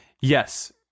Yes